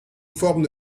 forme